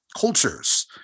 cultures